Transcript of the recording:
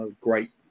great